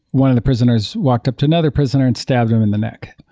one of the prisoners walked up to another prisoner and stabbed him in the neck.